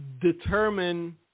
determine